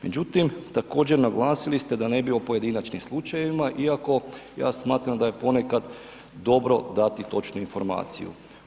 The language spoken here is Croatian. Međutim također naglasili ste da ne bi o pojedinačnim slučajevima iako ja smatram da je ponekad dobro dati točnu informaciju.